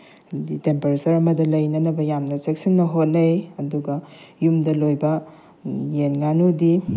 ꯍꯥꯏꯗꯤ ꯇꯦꯝꯄꯦꯔꯦꯆꯔ ꯑꯃꯗ ꯂꯩꯅꯅꯕ ꯌꯥꯝꯅ ꯆꯦꯛꯁꯤꯟꯅ ꯍꯣꯠꯅꯩ ꯑꯗꯨꯒ ꯌꯨꯝꯗ ꯂꯣꯏꯕ ꯌꯦꯟ ꯉꯥꯅꯨꯗꯤ